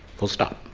full stop.